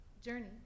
journey